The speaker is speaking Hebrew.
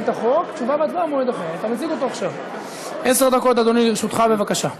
עשר דקות לרשותך, בבקשה.